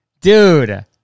Dude